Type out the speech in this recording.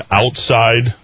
outside